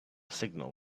signal